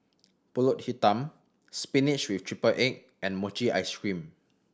Pulut Hitam spinach with triple egg and mochi ice cream